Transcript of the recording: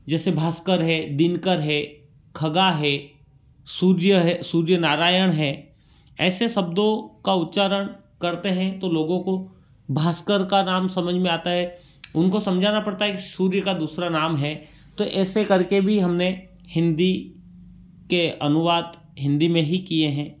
जैसे भास्कर है दिनकर है खगाह है सूर्य है सूर्य नारायण है ऐसे शब्दों का उच्चारण करते हैं तो लोगों को भास्कर का नाम समझ में आता है उनको समझाना पड़ता है कि सूर्य का दूसरा नाम है तो ऐसे करके भी हमने हिंदी के अनुवाद हिंदी में ही किए हैं